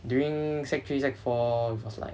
during sec three sec four you first like